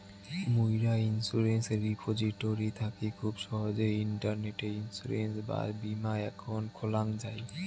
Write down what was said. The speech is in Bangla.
মুইরা ইন্সুরেন্স রিপোজিটরি থাকি খুব সহজেই ইন্টারনেটে ইন্সুরেন্স বা বীমা একাউন্ট খোলাং যাই